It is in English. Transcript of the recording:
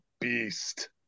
Beast